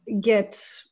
get